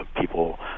people